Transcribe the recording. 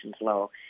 low